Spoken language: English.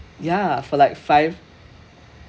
ya for like five